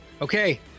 Okay